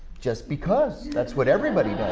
just because! that's what everybody does,